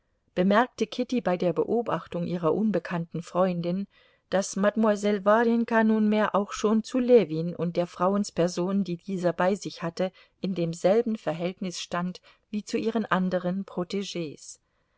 bemerkte kitty bei der beobachtung ihrer unbekannten freundin daß mademoiselle warjenka nunmehr auch schon zu ljewin und der frauensperson die dieser bei sich hatte in demselben verhältnis stand wie zu ihren anderen